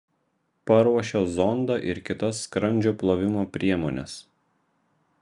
paruošia zondą ir kitas skrandžio plovimo priemones